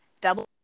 double